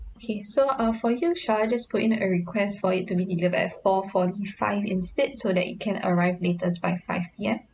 okay so uh for you should I just put in a request for it to be delivered at four forty five instead so that it can arrive latest by five P_M